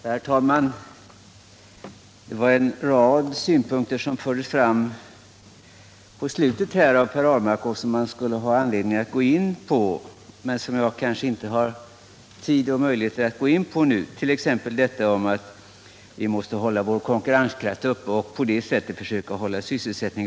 Herr talman! Det var en rad synpunkter som fördes fram avslutningsvis av Per Ahlmark och som man kanske borde gå in på. Jag har dock inte möjlighet att göra detta nu. Låt mig ändå peka på vad som sades om behovet av att uppehålla vår konkurrenskraft och därmed vår sysselsättning.